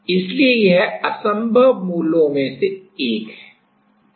इसलिए यह असंभव मूलो में से एक है